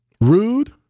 Rude